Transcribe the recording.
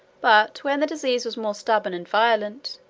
but when the disease was more stubborn and violent,